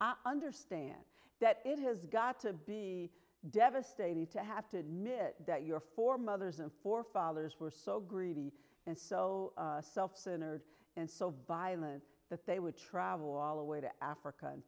understand that it has got to be devastating to have to admit that your foremothers and forefathers were so greedy and so self centered and so violent that they would travel all the way to africa